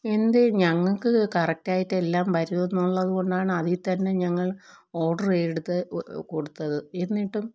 എന്തേ ഞങ്ങൾക്ക് കറക്റ്റായിട്ട് എല്ലാം വരും എന്നുള്ളതുകൊണ്ടാണ് അതിൽ തന്നെ ഞങ്ങൾ ഓഡറ് എടുത്ത് കൊടുത്തത് എന്നിട്ടും